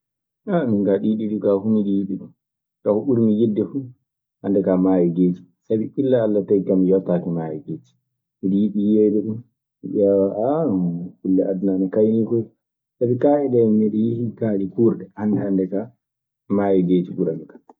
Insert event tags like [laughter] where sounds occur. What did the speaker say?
[hesitation] min kaa ɗii ɗiɗi ka fuu miɗe yiɗi ɗun. Kaa ko ɓurimi yiɗde fuu hannde kaa, maayo geeci, sabi illa Alla tagi kan mi yottaaki maayo geeci. Miɗe yiɗi yiyde ɗum, mi ƴeewa. [hesitation] non kulle aduna ana kaynii koy. Sabi kaaƴe ɗee mi yi'ii kaañe kuurɗe. Hannde hannde kaa maayo geeci ɓuranikan.